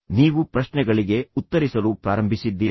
ನೀವು ಪ್ರಶ್ನೆಗಳಿಗೆ ಉತ್ತರಿಸಲು ಪ್ರಾರಂಭಿಸಿದ್ದೀರಾ